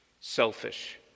Selfish